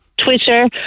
Twitter